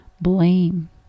blame